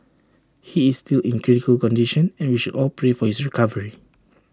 he is still in critical condition and we should all pray for his recovery